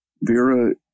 Vera